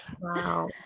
Wow